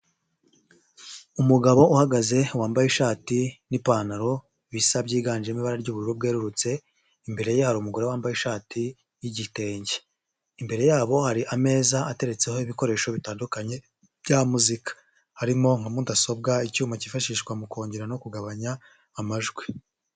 Umugabo uhagaze wambaye ishati n'ipantaro bisa byiganjemo ibara ry'ubururu bwerurutse, imbere ye hari umugore wambaye ishati y'igitenge, imbere yabo hari ameza ateretseho ibikoresho bitandukanye bya muzika, harimo nka mudasobwa, icyuma cyifashishwa mu kongera no kugabanya amajwi.